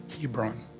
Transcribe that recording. Hebron